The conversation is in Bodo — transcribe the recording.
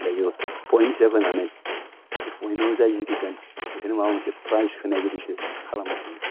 दायो पयेन्ट हिसाब होनानै बे पयेन्टआव जाय जिखिगोन बेखौनो माबा मोनसे प्राइज होनायबादिसो खालामोसै